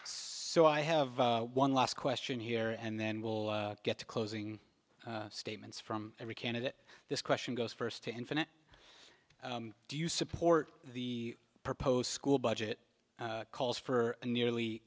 so i have one last question here and then we'll get to closing statements from every candidate this question goes first to infinite do you support the proposed school budget calls for nearly